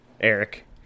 eric